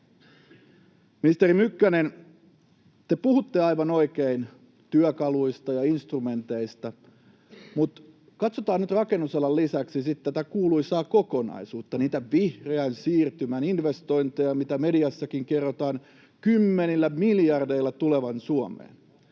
Ministeri Mykkänen, te puhutte aivan oikein työkaluista ja instrumenteista, mutta katsotaan nyt rakennusalan lisäksi sitten tätä kuuluisaa kokonaisuutta, niitä vihreän siirtymän investointeja, mitä mediassakin kerrotaan kymmenillä miljardeilla tulevan Suomeen.